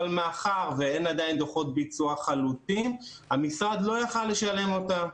אבל מאחר ואין עדיין דוחות ביצוע חלוטים המשרד לא יכול לשלם אותם.